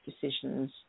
decisions